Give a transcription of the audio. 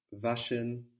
waschen